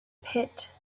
pit